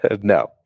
no